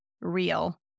real